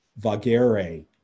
vagere